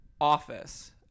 office